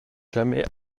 jamais